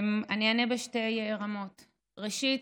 אני אענה בשתי רמות: ראשית,